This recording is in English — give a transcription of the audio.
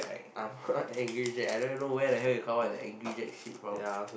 I'm not angry Jack I don't even know where the hell you come up with the angry Jack shit from